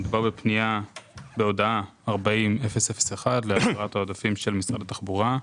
מדובר בהודעה 40-001 להעברת העודפים של משרד התחבורה.